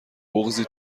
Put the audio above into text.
بغضی